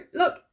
look